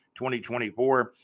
2024